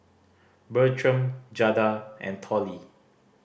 Bertram Jada and Tollie